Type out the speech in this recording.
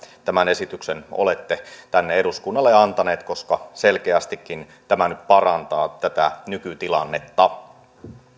tämän esityksen olette tänne eduskunnalle antaneet koska selkeästikin tämä nyt parantaa tätä nykytilannetta